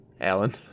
Alan